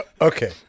Okay